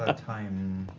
ah time,